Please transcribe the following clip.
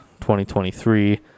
2023